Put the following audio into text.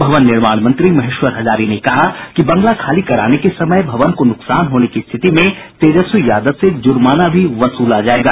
भवन निर्माण मंत्री महेश्वर हजारी ने कहा कि बंगला खाली कराने के समय भवन को नुकसान होने की स्थिति में तेजस्वी यादव से ज़र्माना भी वसूला जायेगा